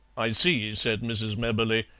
i see, said mrs. mebberley,